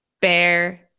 bear